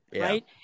Right